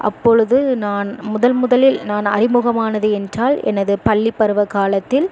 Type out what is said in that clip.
அப்பொழுது நான் முதன் முதலில் நான் அறிமுகம் ஆனது என்றால் எனது பள்ளி பருவ காலத்தில்